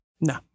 No